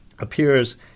appears